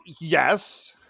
yes